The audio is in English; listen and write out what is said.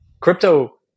Crypto